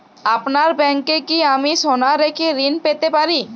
আপনার ব্যাংকে কি আমি সোনা রেখে ঋণ পেতে পারি?